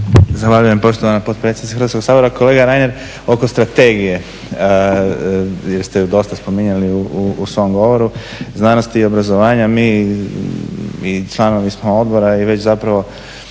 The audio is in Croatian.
Zahvaljujem poštovana potpredsjednice Hrvatskog sabora. Kolega Reiner oko strategije jer ste ju dosta spominjali u svom govoru znanosti i obrazovanja, mi i članovi smo odbora i već zapravo